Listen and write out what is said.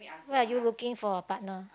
so why are you looking for a partner